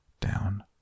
down